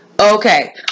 Okay